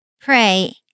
pray